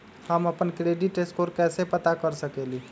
हम अपन credit score कैसे पता कर सकेली?